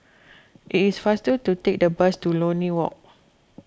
it is faster to take the bus to Lornie Walk